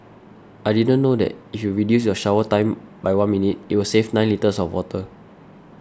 I didn't know that if you reduce your shower time by one minute it will save nine litres of water